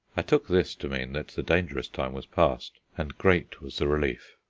i took this to mean that the dangerous time was past, and great was the relief.